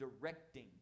directing